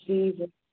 Jesus